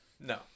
No